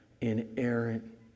inerrant